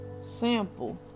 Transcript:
Simple